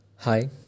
Hi